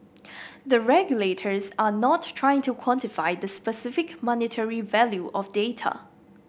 the regulators are not trying to quantify the specific monetary value of data